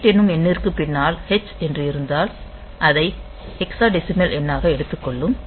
8 என்னும் எண்ணிற்கு பின்னால் ஹெக்ஸ் என்று இருந்தால் அதை ஹெக்ஸாடெசிமல் எண்ணாக எடுத்துக்கொள்ளும்